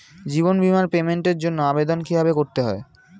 জীবন বীমার পেমেন্টের জন্য আবেদন কিভাবে করতে হয়?